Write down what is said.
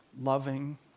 loving